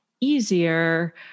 easier